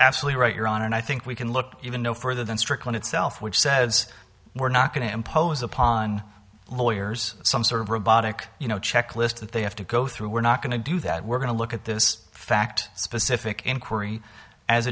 absolutely right your honor and i think we can look even no further than strickland itself which says we're not going to impose upon lawyers some sort of robotic you know checklist that they have to go through we're not going to do that we're going to look at this fact specific inquiry as